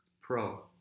Pro